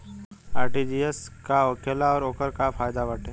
RTGS का होखेला और ओकर का फाइदा बाटे?